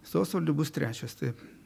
su osvaldu bus trečias taip